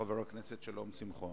חבר הכנסת שלום שמחון.